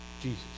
Jesus